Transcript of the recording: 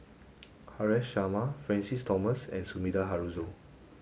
Haresh Sharma Francis Thomas and Sumida Haruzo